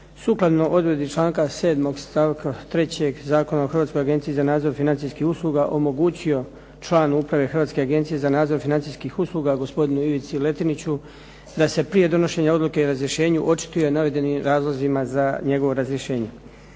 sukladno odredbi članka 7. stavka 3. Zakona o Hrvatskoj agenciji za nadzor financijskih usluga omogućio član Uprave Hrvatske agencije za nadzor financijskih usluga gospodinu Ivici Letiniću da se prije donošenja odluke o razrješenju očituje o navedenim razlozima za njegovo razrješenje.